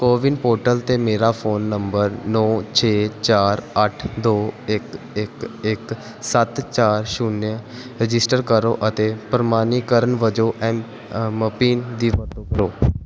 CoWIN portal 'ਤੇ ਮੇਰਾ phone number ਨੌਂ ਛੇ ਚਾਰ ਅੱਠ ਦੋ ਇੱਕ ਇੱਕ ਇੱਕ ਸੱਤ ਚਾਰ ਸ਼ੂਨਯ ਰਜਿਸਟਰ ਕਰੋ ਅਤੇ ਪ੍ਰਮਾਣੀਕਰਨ ਵਜੋਂ ਐੱਮ ਮ ਪਿੰਨ ਦੀ ਵਰਤੋਂ ਕਰੋ